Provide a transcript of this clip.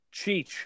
cheech